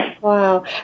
wow